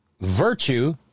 Virtue